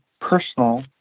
personal